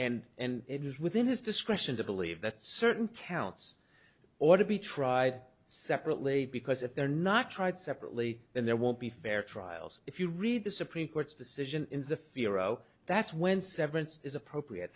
and and it is within his discretion to believe that certain counts ought to be tried separately because if they're not tried separately then there won't be fair trials if you read the supreme court's decision in the fear oh that's when severance is appropriate